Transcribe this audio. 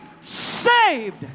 saved